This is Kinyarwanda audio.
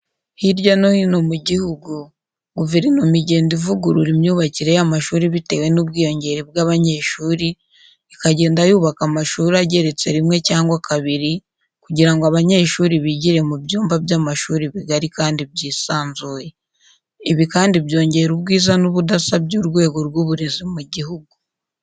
Hirya no hino mu gihugu guverinoma igenda ivugurura imyubakire y'amashuri bitewe n'ubwiyongere bw'abanyeshuri ikagenda yubaka amashuri ageretse rimwe cyangwa kabiri kugira ngo abanyeshuri bigire mu myumba by'amashuri bigari kandi byisanzuye. Ibi kandi byongera ubwiza n'ubudasa by'urwego rw'uburezi mu gihugu.